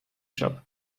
shop